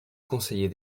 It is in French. conseiller